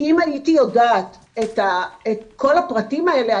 אם הייתי יודעת את כל הפרטים האלה,